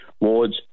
wards